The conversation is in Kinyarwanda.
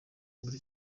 muri